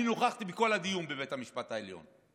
אני נכחתי בכל הדיון בבית המשפט העליון.